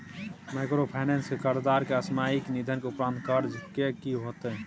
Microfinance के कर्जदार के असामयिक निधन के उपरांत कर्ज के की होतै?